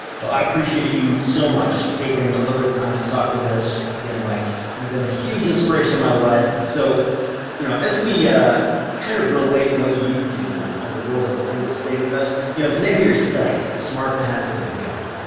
well, i appreciate you so much taking a little bit of time to talk with us again. like you've been a huge inspiration in my life. so you know, as we yeah kind of relate what you do to the world of real estate investing, you know, the name of your site, smart passive income.